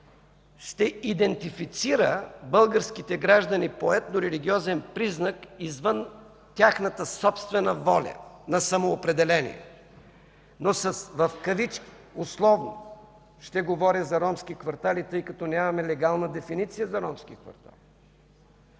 ще идентифицира българските граждани по етнорелигиозен признак извън тяхната собствена воля на самоопределение, но в кавички, условно, ще говоря за ромски квартали, тъй като нямаме легална дефиниция за ромски квартали.